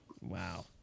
Wow